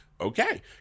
okay